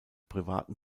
privaten